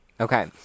Okay